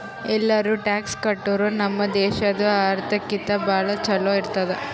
ಎಲ್ಲಾರೂ ಟ್ಯಾಕ್ಸ್ ಕಟ್ಟುರ್ ನಮ್ ದೇಶಾದು ಆರ್ಥಿಕತೆ ಭಾಳ ಛಲೋ ಇರ್ತುದ್